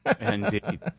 Indeed